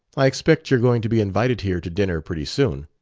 i expect you're going to be invited here to dinner pretty soon?